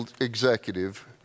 executive